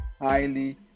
highly